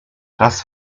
das